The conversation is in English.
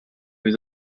was